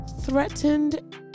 threatened